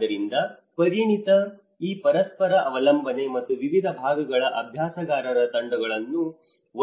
ಆದ್ದರಿಂದ ಪರಿಣತಿಯ ಈ ಪರಸ್ಪರ ಅವಲಂಬನೆ ಮತ್ತು ವಿವಿಧ ವಿಭಾಗಗಳ ಅಭ್ಯಾಸಗಾರರ ತಂಡಗಳನ್ನು